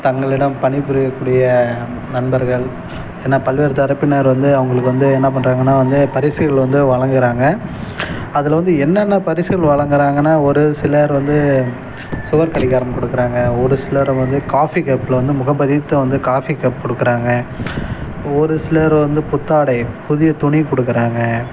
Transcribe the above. தங்களிடம் பணிபுரியக்கூடிய நண்பர்கள் என பல்வேறு தரப்பினர் வந்து அவங்களுக்கு வந்து என்ன பண்ணுறாங்கன்னா வந்து பரிசுகள் வந்து வழங்குறாங்க அதில் வந்து என்னன்ன பரிசுகள் வழங்குறாங்கன்னா ஒரு சிலர் வந்து சுவர் கடிகாரம் கொடுக்கறாங்க ஒரு சிலர் வந்து காஃபி கப்பில் வந்து முகம் பதித்து வந்து காஃபி கப் கொடுக்கறாங்க ஒரு சிலர் வந்து புத்தாடை புதிய துணி கொடுக்கறாங்க